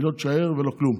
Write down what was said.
היא לא תישאר ולא כלום,